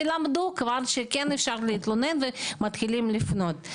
כי למדו כבר שכן אפשר להתלונן ומתחילים לפנות.